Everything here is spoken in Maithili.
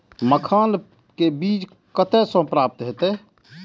मखान के बीज कते से प्राप्त हैते?